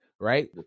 right